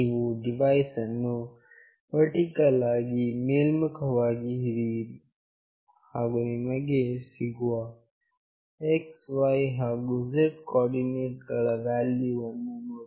ನೀವು ಡಿವೈಸ್ ಅನ್ನು ವರ್ಟಿಕಲ್ ಆಗಿ ಮೇಲ್ಮುಖವಾಗಿ ಹಿಡಿಯಿರಿ ಹಾಗು ನಿಮಗೆ ಸಿಗುವ x y z ಕೋಆರ್ಡಿನೇಟ್ ಗಳ ವ್ಯಾಲ್ಯೂವನ್ನು ನೋಡಿ